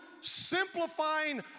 simplifying